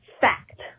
fact